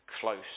close